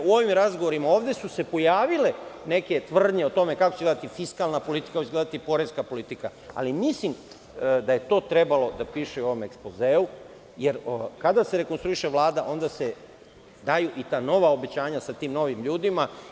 U ovim razgovorima ovde su se pojavile neke tvrdnje o tome kako će izgledati fiskalna politika, kako će izgledati poreska politika, ali mislim da je to trebalo da piše u ovom ekspozeu, jer kada se Vlada rekonstruiše, onda se daju i ta nova obećanja, sa tim novim ljudima.